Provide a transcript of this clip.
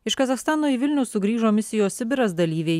iš kazachstano į vilnių sugrįžo misijos sibiras dalyviai